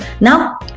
Now